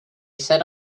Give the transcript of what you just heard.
set